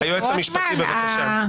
היועץ המשפטי, בבקשה.